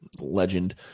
legend